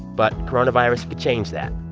but coronavirus could change that.